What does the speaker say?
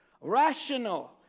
rational